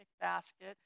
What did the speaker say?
basket